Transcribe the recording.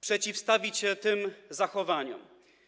przeciwstawić się tym zachowaniom.